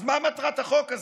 אז מה מטרת החוק הזה?